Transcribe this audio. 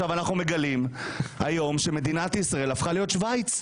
אנחנו מגלים היום שמדינת ישראל הפכה להיות שווייץ,